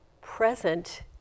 present